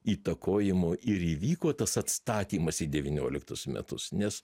įtakojimo ir įvyko tas atstatymas į devynioliktus metus nes